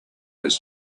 its